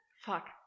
Fuck